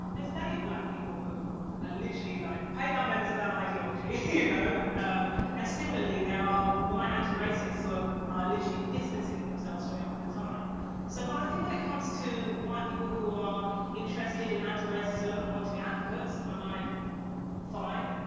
there's plenty of black people who are literally like paid-up members of that ideology, you know ah and similarly there are white anti-racist who are are literally dismissing themselves from it all the time so well, i think when it comes to white people, who are interested in anti racism and want to be advocates. i'm like fine,